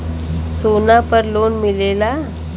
सोना पर लोन मिलेला?